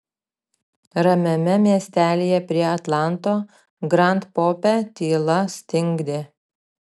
ramiame miestelyje prie atlanto grand pope tyla stingdė